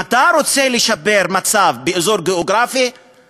אם אתה רוצה לשפר מצב באזור גיאוגרפי,